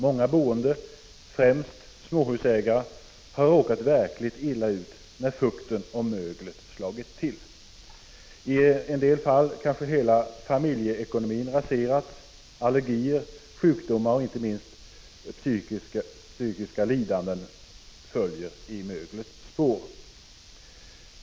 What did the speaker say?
Många boende, främst småhusägare, har råkat verkligt illa ut när fukt och mögel har slagit till. I en del fall har hela familjeekonomier raserats. Allergier, sjukdomar och inte minst psykiska lidanden följer i möglets spår.